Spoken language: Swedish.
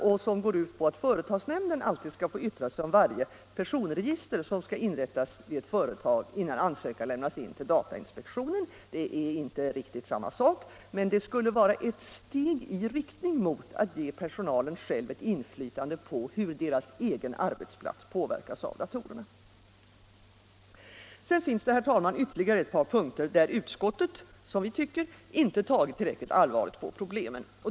Den går ut på att företagsnämnden skall få yttra sig om varje personregister som skall inrättas vid ett företag, innan ansökan lämnas till datainspektionen. Det är inte precis samma sak, men det skulle vara ett steg i riktning mot att ge personalen själv ett inflytande över hur deras arbetsplats påverkas av datorerna. Det finns, herr talman, ytterligare ett par punkter där utskottet, som vi tycker, inte tagit tillräckligt allvarligt på problemen.